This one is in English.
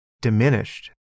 diminished